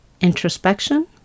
introspection